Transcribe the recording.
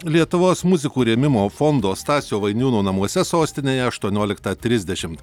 lietuvos muzikų rėmimo fondo stasio vainiūno namuose sostinėje aštuonioliktą trisdešimt